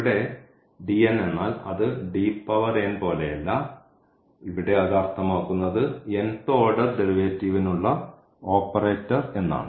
ഇവിടെ എന്നാൽ അത് പോലെയല്ല ഇവിടെ അത് അർത്ഥമാക്കുന്നത് ഓർഡർ ഡെറിവേറ്റീവ്നുള്ള ഓപ്പറേറ്റർ എന്നാണ്